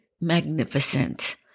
magnificent